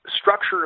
structure